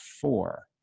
four